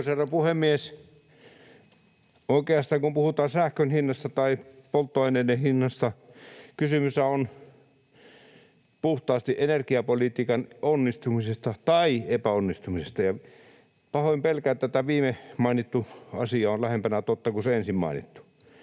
herra puhemies! Oikeastaan, kun puhutaan sähkön hinnasta tai polttoaineiden hinnasta, kysymyshän on puhtaasti energiapolitiikan onnistumisesta tai epäonnistumisesta, ja pahoin pelkään, että tämä viimemainittu asia on lähempänä totta kuin se ensin mainittu.